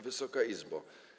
Wysoka Izbo!